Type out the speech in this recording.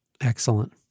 Excellent